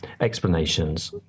explanations